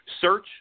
search